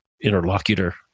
interlocutor